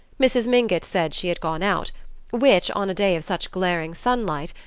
mrs. mingott said she had gone out which, on a day of such glaring sunlight,